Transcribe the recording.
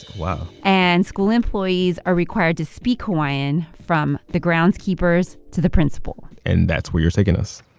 wow and school employees are required to speak hawaiian, from the groundskeepers to the principal and that's where you're taking us